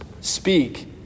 speak